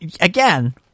again